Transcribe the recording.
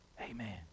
Amen